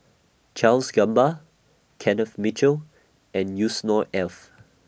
Charles Gamba Kenneth Mitchell and Yusnor Ef